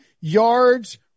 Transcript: yards